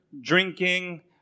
drinking